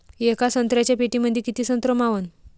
येका संत्र्याच्या पेटीमंदी किती संत्र मावन?